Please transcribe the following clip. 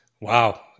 Wow